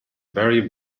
barry